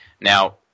Now